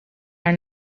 are